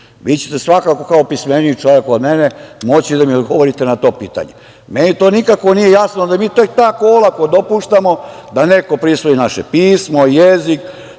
Vi ćete svakako, kao pismeniji čovek od mene, moći da mi odgovorite na to pitanje. Meni to nikako nije jasno, da mi tek tako olako dopuštamo da neko prisvoji naše pismo, jezik,